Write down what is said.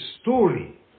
story